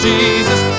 Jesus